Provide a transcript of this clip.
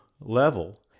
level